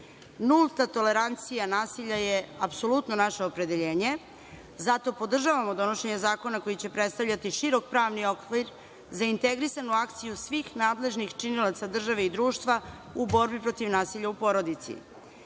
tolerancija nasilja je apsolutno naše opredeljenje. Zato podržavamo donošenje zakona koji će predstavljati širok pravni okvir za integrisanu akciju svih nadležnih činilaca države i društva u borbi protiv nasilja u porodici.